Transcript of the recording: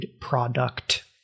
product